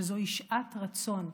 שזוהי שעת רצון,